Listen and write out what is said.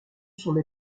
son